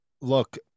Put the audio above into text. Look